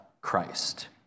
Christ